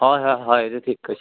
হয় হয় হয় এইটো ঠিক কৈছে